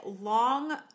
long